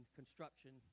construction